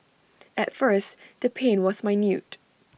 at first the pain was minute